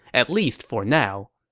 at least for now.